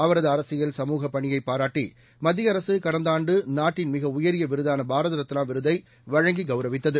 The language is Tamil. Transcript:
அவரது அரசியல் சமூக பணியை பாராட்டி மத்திய அரசு கடந்த ஆண்டு நாட்டின் மிக உயரிய விருதான பாரத ரத்னா விருதை வழங்கி கௌரவித்தது